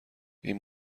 این